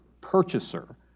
purchaser